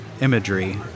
imagery